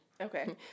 Okay